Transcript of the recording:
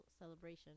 celebration